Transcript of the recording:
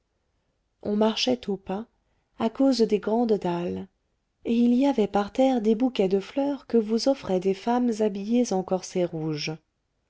on marchait au pas à cause des grandes dalles et il y avait par terre des bouquets de fleurs que vous offraient des femmes habillées en corset rouge